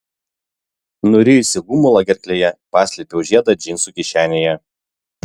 nurijusi gumulą gerklėje paslėpiau žiedą džinsų kišenėje